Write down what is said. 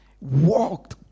Walked